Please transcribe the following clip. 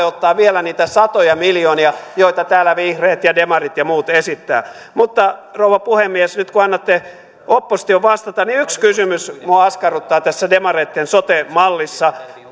ottaa vielä niitä satoja miljoonia joita täällä vihreät ja demarit ja muut esittävät mutta rouva puhemies nyt kun annatte opposition vastata niin yksi kysymys minua askarruttaa tässä demareitten sote mallissa